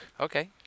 Okay